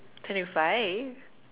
twenty five